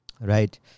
Right